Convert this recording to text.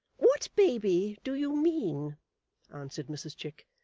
what baby do you mean answered mrs chick.